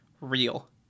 real